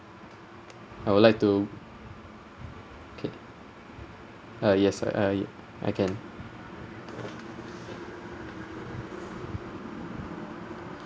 I would like to okay uh yes I I can